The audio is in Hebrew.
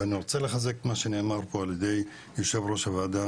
ואני רוצה לחזק את מה שנאמר פה על ידי יו"ר הוועדה,